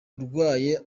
urwaye